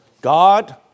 God